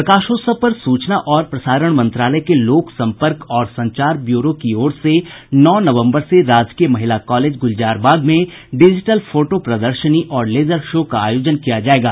प्रकाशोत्सव पर सूचना और प्रसारण मंत्रालय के लोक संपर्क और संचार ब्यूरो की ओर से नौ नवम्बर से राजकीय महिला कॉलेज गूलजारबाग में डिजिटल फोटो प्रदर्शनी और लेजर शो का आयोजन किया जायेगा